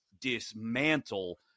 dismantle